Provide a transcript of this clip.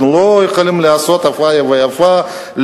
אנחנו לא יכולים לעשות איפה ואיפה,